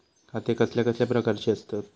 खाते कसल्या कसल्या प्रकारची असतत?